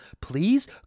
please